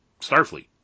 Starfleet